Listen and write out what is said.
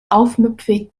aufmüpfig